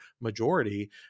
majority